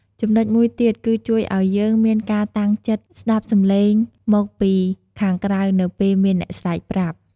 ចំំណុចមួយទៀតគឺជួយឱ្យយើងមានការតាំងចិត្តស្តាប់សម្លេងមកពីខាងក្រៅនៅពេលមានអ្នកស្រែកប្រាប់។